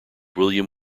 william